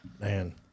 Man